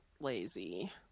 lazy